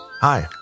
Hi